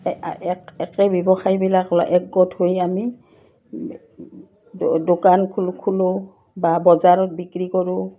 এক একে ব্যৱসায়বিলাক একগোট হৈ আমি দোকান খোলোঁ বা বজাৰত বিক্ৰী কৰোঁ